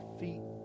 feet